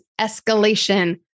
escalation